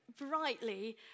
brightly